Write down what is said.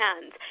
hands